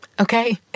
Okay